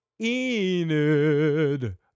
Enid